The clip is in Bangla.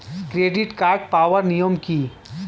ক্রেডিট কার্ড পাওয়ার নিয়ম কী?